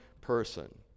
person